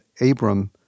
Abram